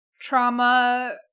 trauma